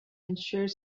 ensure